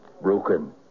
Broken